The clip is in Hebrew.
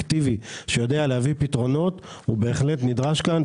שיודע להביא פתרונות הוא בהחלט נדרש כאן.